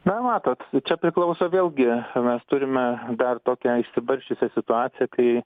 na matot čia priklauso vėlgi mes turime dar tokią išsibarsčiusią situaciją kai